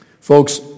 Folks